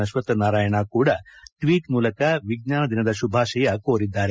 ಅಸ್ವಕ್ಥನಾರಾಯಣ ಕೂಡ ಟ್ವೀಟ್ ಮೂಲಕ ವಿಜ್ಞಾನ ದಿನದ ಶುಭಾಶಯ ಕೋರಿದ್ದಾರೆ